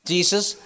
Jesus